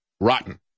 rotten